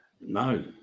No